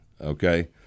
Okay